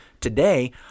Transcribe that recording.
Today